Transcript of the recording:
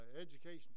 education